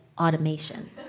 automation